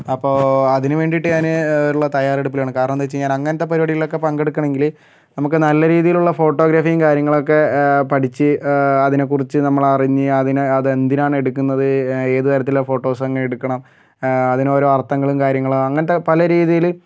അപ്പോൾ അതിന് വേണ്ടിയിട്ട് ഞാന് ഉള്ള തയാറെടുപ്പിലാണ് കാരണം എന്തെന്നു വെച്ച് കഴിഞ്ഞാൽ ഞാൻ അങ്ങനത്തെ പരിപാടികളിലൊക്കെ പങ്കെടുക്കണമെങ്കില് നമുക്ക് നല്ല രീതിയിലുള്ള ഫോട്ടോഗ്രാഫിയും കാര്യങ്ങളൊക്കെ പഠിച്ച് അതിനെ കുറിച്ച് നമ്മളറിഞ്ഞ് അതിനെ അതെന്തിനാണെടുക്കുന്നത് ഏത് തരത്തിലുള്ള ഫോട്ടോസ് എങ്ങനെടുക്കണം അതിന് ഓരോ അർത്ഥങ്ങളും കാര്യങ്ങളും അങ്ങനത്തെ പല രീതിയില്